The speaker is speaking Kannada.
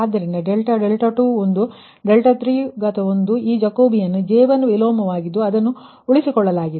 ಆದ್ದರಿಂದ ∆2 δ3ಈ ಜಾಕೋಬಿಯನ್ J1 ವಿಲೋಮವಾಗಿದ್ದು ಅದನ್ನು ಉಳಿಸಿಕೊಳ್ಳಲಾಗಿದೆ